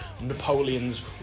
Napoleon's